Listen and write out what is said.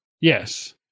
yes